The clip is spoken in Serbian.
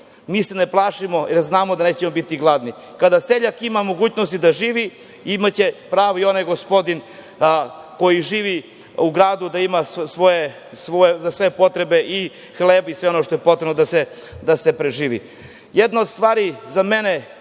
mi se ne plašimo jer znamo da nećemo biti gladni. Kada seljak ima mogućnosti da živi, imaće pravo i onaj gospodin koji živi u gradu da ima za sve svoje potrebe i hleb i sve ono što je potrebno dase preživi. Jedna od stvari koja je